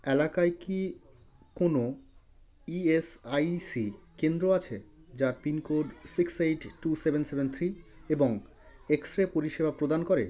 এলাকায় কি কোনো ইএসআইসি কেন্দ্র আছে যার pincode six eight two seven seven three এবং এক্স রে পরিষেবা প্রদান করে